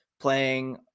playing